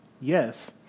Yes